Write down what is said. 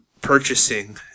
purchasing